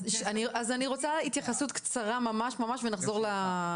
אז אני רוצה התייחסות קצרה ממש ממש ונחזור לנושא.